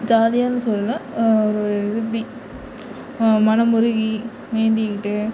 ஜாலியான்னு சொல்லல ஒரு உறுதி மனம் உருகி வேண்டிக்கிட்டு